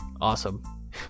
awesome